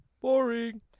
Boring